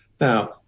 Now